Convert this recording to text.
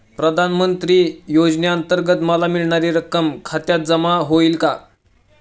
प्रधानमंत्री योजनेअंतर्गत मला मिळणारी रक्कम खात्यात जमा होईल का?